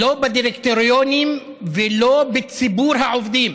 לא בדירקטוריונים ולא בציבור העובדים.